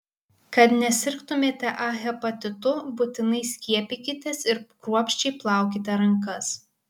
kad nesusirgtumėte a hepatitu būtinai skiepykitės ir kruopščiai plaukite rankas